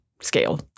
scale